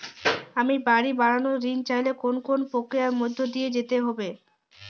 আমি বাড়ি বানানোর ঋণ চাইলে কোন কোন প্রক্রিয়ার মধ্যে দিয়ে যেতে হবে?